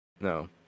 No